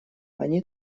они